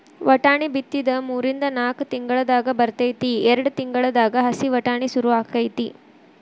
ವಟಾಣಿ ಬಿತ್ತಿದ ಮೂರಿಂದ ನಾಕ್ ತಿಂಗಳದಾಗ ಬರ್ತೈತಿ ಎರ್ಡ್ ತಿಂಗಳದಾಗ ಹಸಿ ವಟಾಣಿ ಸುರು ಅಕೈತಿ